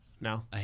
no